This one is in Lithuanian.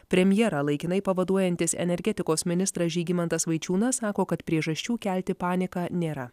premjerą laikinai pavaduojantis energetikos ministras žygimantas vaičiūnas sako kad priežasčių kelti paniką nėra